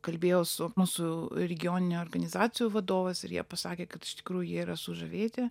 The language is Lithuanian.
kalbėjau su mūsų regioninių organizacijų vadovais ir jie pasakė kad iš tikrųjų jie yra sužavėti